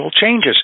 changes